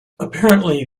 apparently